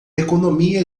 economia